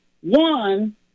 One